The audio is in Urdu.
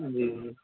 جی جی